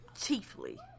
chiefly